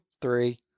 three